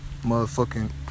motherfucking